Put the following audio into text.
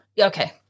Okay